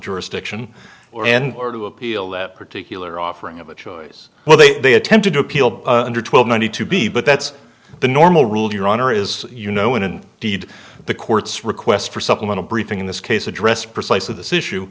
jurisdiction or and or to appeal that particular offering of a choice well they they attempted to appeal under twelve ninety two b but that's the normal rule your honor is you know in deed the court's request for supplemental briefing in this case addressed precisely this issue